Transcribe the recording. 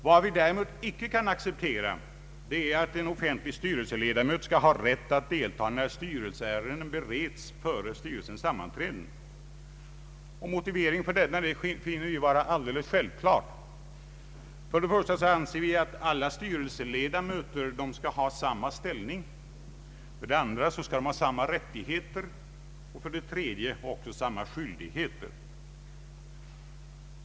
Vad vi däremot icke kan acceptera är att en offentlig styrelseledamot skall ha rätt att delta när styrelseärenden bereds före styrelsens sammanträden. Motiveringen för detta finner vi vara alldeles självklar. För det första anser vi att alla styrelseledamöter skall ha samma ställning. För det andra skall de ha samma rättigheter. För det tredje skall de också ha samma skyldigheter.